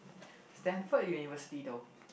Stanford-University though